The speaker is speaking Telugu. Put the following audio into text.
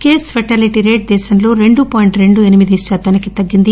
కేస్ ఫేటాలిటీ రేటు దేశంలో రెండు పాయింట్ రెండు ఎనిమిది శాతానికి తగ్గింది